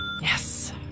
Yes